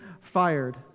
fired